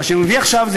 שאני מביא עכשיו,